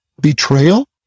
betrayal